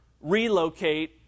relocate